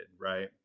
right